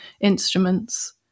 instruments